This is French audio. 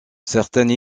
certaines